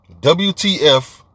WTF